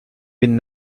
been